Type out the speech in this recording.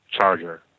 charger